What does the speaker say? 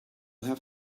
have